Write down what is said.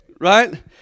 Right